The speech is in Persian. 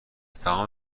تمام